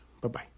Bye-bye